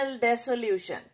dissolution